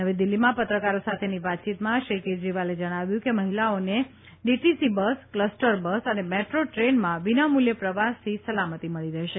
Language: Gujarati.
નવી દિલ્હીમાં પત્રકારો સાથેની વાતચીતમાં શ્રી કેજરીવાલે જણાવ્યું કે મહિલાઓને ડીટીસી બસ કલસ્ટર બસ અને મેટ્રો ટ્રેનમાં વિનામૂલ્યે પ્રવાસથી સલામતિ મળી રહેશે